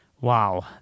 Wow